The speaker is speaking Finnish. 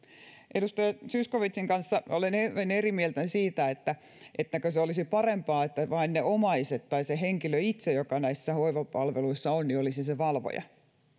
edustaja zyskowiczin kanssa olen eri mieltä siitä että se olisi parempaa että vain omaiset tai se henkilö itse joka näissä hoivapalveluissa on olisi se valvoja